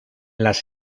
las